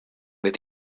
that